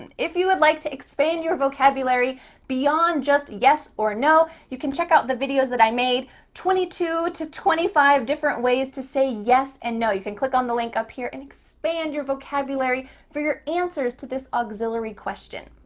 and if you would like to expand your vocabulary beyond just yes or no you can check out the video that i made twenty two to twenty five different ways to say yes and no. you can click on the link up here, and expand your vocabulary for your answers to this auxiliary question.